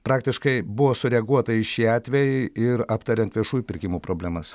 praktiškai buvo sureaguota į šį atvejį ir aptariant viešųjų pirkimų problemas